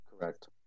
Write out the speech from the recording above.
Correct